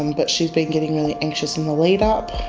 and but she's been getting really anxious in the lead up.